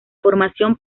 formación